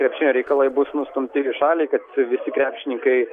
krepšinio reikalai bus nustumti į šalį kad visi krepšininkai